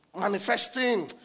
manifesting